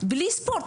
אין ספורט.